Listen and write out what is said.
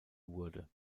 wurde